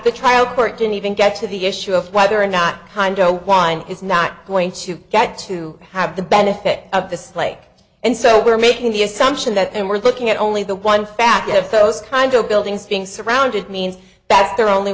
the trial court didn't even get to the issue of whether or not condo wine is not going to get to have the benefit of this play and so we're making the assumption that and we're looking at only the one fact if those kind of buildings being surrounded means that they're only